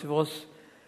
אדוני היושב-ראש,